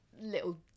little